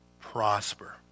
prosper